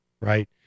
Right